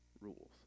rules